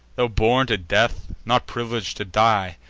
tho' born to death, not privileg'd to die,